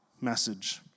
message